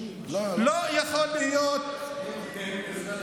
לא מכובד.